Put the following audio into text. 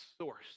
source